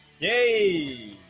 Yay